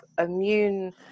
immune